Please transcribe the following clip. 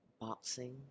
boxing